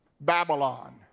Babylon